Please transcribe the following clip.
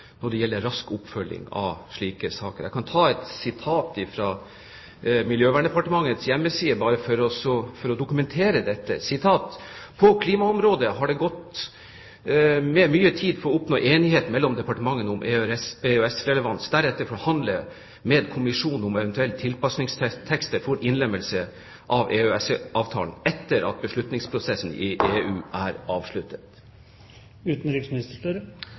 når det gjelder rask oppfølging av slike saker. Jeg kan sitere fra Miljøverndepartementets hjemmeside bare for å dokumentere dette: «På klimaområdet har mye av tiden gått med til å oppnå enighet mellom departementene om EØS-relevans og deretter forhandle med kommisjonen om evt. tilpasningstekster for innlemmelse i EØS-avtalen, etter at beslutningsprosessen i EU er avsluttet.»